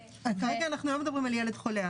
כרגע אנחנו לא מדברים על ילד חולה.